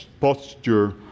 posture